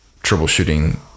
troubleshooting